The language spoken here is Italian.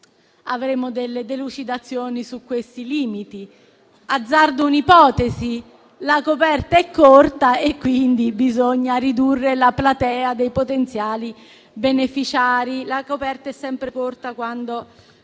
avremo delucidazioni su questi limiti. Azzardo un'ipotesi: la coperta è corta e quindi bisogna ridurre la platea dei potenziali beneficiari. La coperta è sempre corta, quando